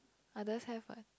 others have what